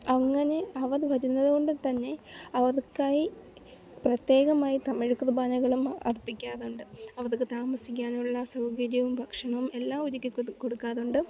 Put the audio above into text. അങ്ങനെ അവർ വരുന്നത് കൊണ്ട് തന്നെ അവർക്കായി പ്രത്യേകമായി തമിഴ് കുർബാനകളും അർപ്പിക്കാറുണ്ട് അവർക്ക് താമസിക്കാനുള്ള സൗകര്യവും ഭക്ഷണവും എല്ലാം ഒരുക്കി കൊടുക്കുക കൊടുക്കാറുണ്ട്